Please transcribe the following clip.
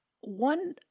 one